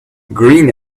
green